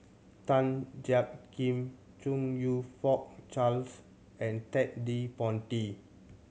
Tan Jiak Kim Chong You Fook Charles and Ted De Ponti